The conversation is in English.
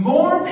More